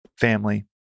family